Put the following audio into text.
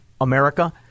America